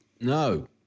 No